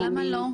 למה לא?